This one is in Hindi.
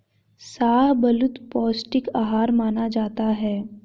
शाहबलूत पौस्टिक आहार माना जाता है